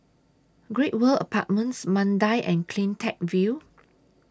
Great World Apartments Mandai and CleanTech View